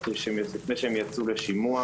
לפני שיצאו לשימוע.